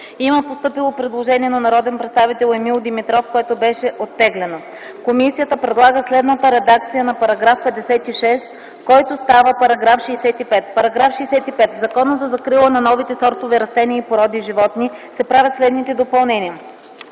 Има предложение на народния представител Емил Димитров, което беше оттеглено. Комисията предлага следната редакция на § 56, който става § 65: „§ 65. В Закона за закрила на новите сортове растения и породи животни се правят следните допълнения: